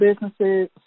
businesses